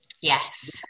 Yes